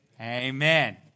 Amen